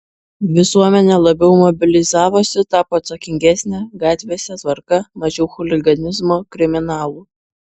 visuomenė labiau mobilizavosi tapo atsakingesnė gatvėse tvarka mažiau chuliganizmo kriminalų